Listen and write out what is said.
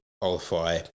qualify